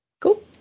Cool